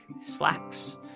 slacks